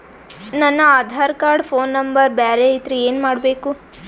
ನನ Aadhaar card phone number ಬ್ಯಾರೆ ಐತ್ರಿ ಏನ ಮಾಡಬೇಕು?